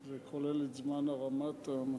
זה כולל את זמן הרמת המסך?